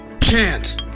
chance